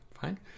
fine